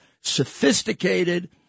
sophisticated